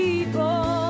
People